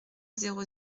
zéro